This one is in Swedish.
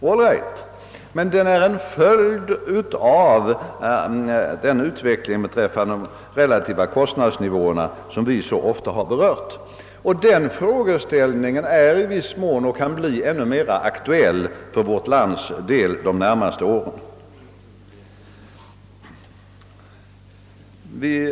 All right, men den är till stor del en följd av den utveckling beträffande kostnadsnivåer och konkurrensförmåga, som vi så ofta har berört. Den frågeställningen är i viss mån och kan bli ännu mer aktuell för vårt land de närmaste åren.